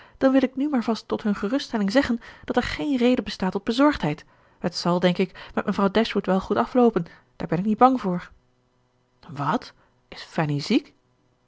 dan wil ik nu maar vast tot hun geruststelling zeggen dat er geen reden bestaat tot bezorgdheid het zal denk ik met mevrouw dashwood wel goed afloopen daar ben ik niet bang voor wat is fanny ziek